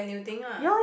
new thing lah